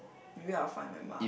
maybe I'll find my mom